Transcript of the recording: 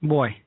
Boy